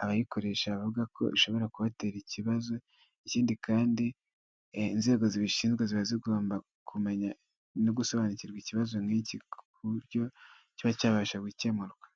abayikoresha bavuga ko ishobora kubatera ikibazo, ikindi kandi inzego zibishinzwe ziba zigomba kumenya no gusobanukirwa ikibazo nk'iki ku buryo kiba cyabasha gukemurwa.